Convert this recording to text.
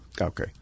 Okay